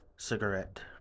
Cigarette